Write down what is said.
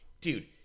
dude